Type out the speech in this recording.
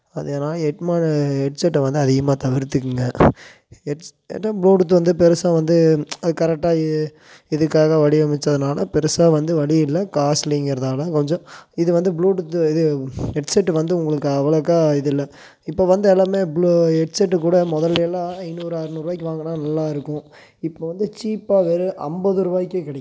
அதுனா ஹெட்மோனு ஹெட்செட்டை வந்து அதிகமாக தவிர்த்துக்குங்க ஹெட்செட் ப்ளூடூத் வந்து பெருசாக வந்து அது கரெக்டாக இதுக்காக வடிவமைத்ததுனால பெருசாக வந்து வலி இல்லை காஸ்ட்லிங்கிறதால கொஞ்சம் இது வந்து ப்ளூடூத்து இது ஹெட்செட் வந்து உங்களுக்கு அவ்வளோக்கா இது இல்லை இப்போ வந்து எல்லாமே ஹெட்செட்டு கூட முதல்லே எல்லாம் இன்னொரு அறநூறுபாக்கி வாங்கினா நல்லாயிருக்கும் இப்போ வந்து சீப்பாக வெறும் ஐம்பது ரூபாக்கே கிடைக்கிது